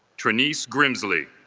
trannies grimsley